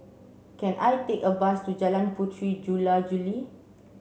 can I take a bus to Jalan Puteri Jula Juli